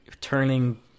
turning